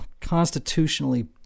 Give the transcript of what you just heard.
constitutionally